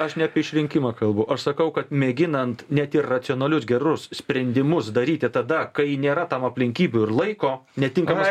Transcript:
aš ne apie išrinkimą kalbu aš sakau kad mėginant net ir racionalius gerus sprendimus daryti tada kai nėra tam aplinkybių ir laiko netinkamas